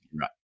Right